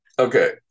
Okay